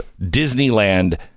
Disneyland